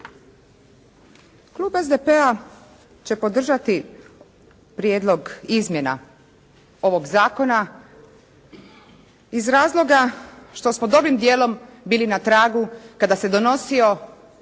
Klub SDP-a će podržati Prijedlog izmjena ovog zakona iz razloga što smo dobrim dijelom bili na tragu kada se donosio